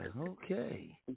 okay